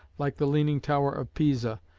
like the leaning tower of pisa,